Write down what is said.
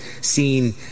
seen